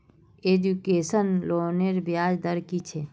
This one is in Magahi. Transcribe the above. एजुकेशन लोनेर ब्याज दर कि छे?